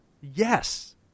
Yes